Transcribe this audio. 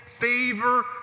Favor